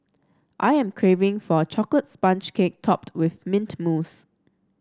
I am craving for a chocolate sponge cake topped with mint mousse